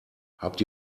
habt